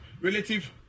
relative